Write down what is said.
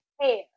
hair